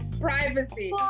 privacy